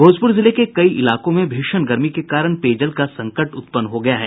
भोजपुर जिले में कई इलाकों में भीषण गर्मी के कारण पेयजल का संकट उत्पन्न हो गया है